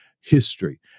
history